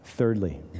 Thirdly